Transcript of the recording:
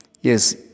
Yes